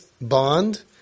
bond